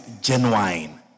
genuine